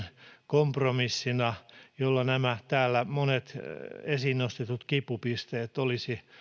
kompromissina jolla nämä täällä esiin nostetut monet kipupisteet olisi